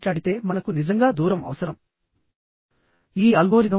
ఇక్కడ మనకు ఒక ప్లేటు ఉంది